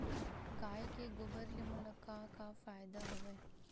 गाय के गोबर ले मोला का का फ़ायदा हवय?